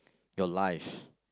your life